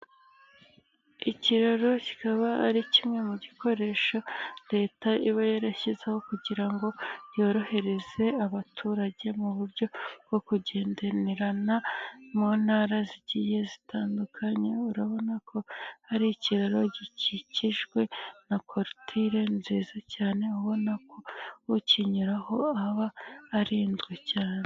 Ikiraro kikaba ari kimwe mu gikoresho, Leta iba yarashyizeho, kugira ngo yorohereze abaturage mu buryo bwo kugenderana, mu ntara zigiye zitandukanye, urabona ko hari ikiraro gikikijwe na korotire nziza cyane, ubona ko ukinyuraho, aba arinzwe cyane.